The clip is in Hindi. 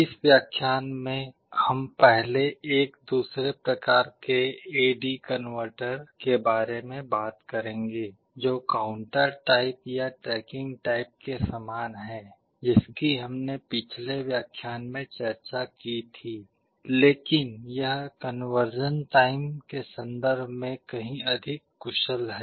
इस व्याख्यान में हम पहले एक दूसरे प्रकार के A D converter AD converter के बारे में बात करेंगे जो काउंटर टाइप या ट्रैकिंग टाइप के समान है जिसकी हमने पिछले व्याख्यान में चर्चा की थी लेकिन यह कन्वर्शन टाइम के सन्दर्भ में कहीं अधिक कुशल है